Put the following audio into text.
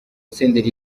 senderi